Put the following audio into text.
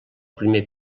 primer